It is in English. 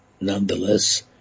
nonetheless